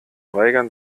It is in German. weigern